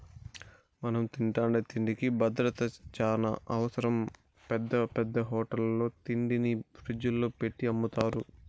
మనం తింటాండే తిండికి భద్రత చానా అవసరం, పెద్ద పెద్ద హోటళ్ళల్లో తిండిని ఫ్రిజ్జుల్లో పెట్టి అమ్ముతారు